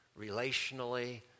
relationally